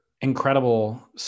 incredible